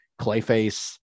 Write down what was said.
Clayface